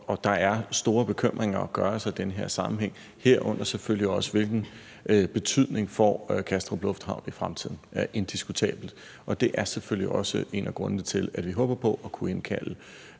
Og der er store bekymringer at gøre sig i den her sammenhæng, herunder selvfølgelig også, hvilken betydning Kastrup Lufthavn får i fremtiden. Det er indiskutabelt, og det er selvfølgelig også en af grundene til, at vi om meget kort tid håber på at kunne indkalde